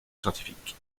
scientifique